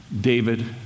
David